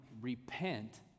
repent